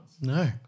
No